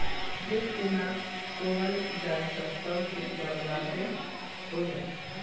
खेत के ना सोहल जाई त सब खेत बर्बादे हो जाई